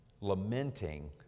lamenting